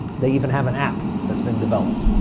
they even have an app that's been developed.